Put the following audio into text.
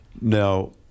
Now